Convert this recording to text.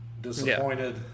disappointed